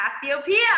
Cassiopeia